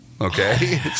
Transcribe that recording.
Okay